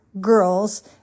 girls